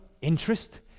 interest